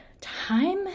time